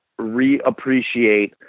reappreciate